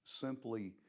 simply